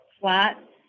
flat